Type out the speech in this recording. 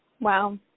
Wow